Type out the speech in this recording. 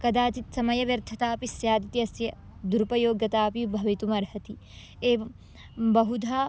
कदाचित् समयव्यर्थता अपि स्याद् इत्यस्य दुरुपयोगता अपि भवितुम् अर्हति एवं बहुधा